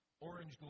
Orange